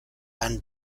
van